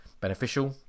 beneficial